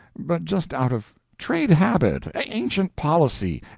but just out of trade habit, ancient policy,